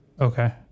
Okay